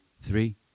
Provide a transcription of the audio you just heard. three